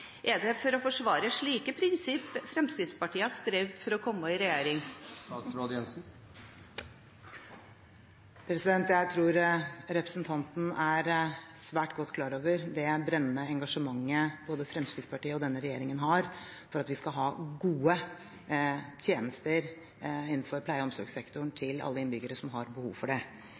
Er det for å forsvare slike prinsipp Fremskrittspartiet har strevd for å komme i regjering? Jeg tror representanten er svært godt klar over det brennende engasjementet både Fremskrittspartiet og denne regjeringen har, for at vi skal ha gode tjenester innenfor pleie- og omsorgssektoren til alle innbyggere som har behov for det.